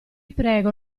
prego